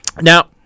Now